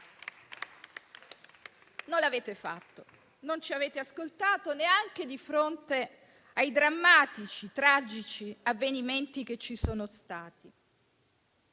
Non l'avete fatto e non ci avete ascoltato neanche di fronte ai drammatici, tragici avvenimenti che ci sono stati.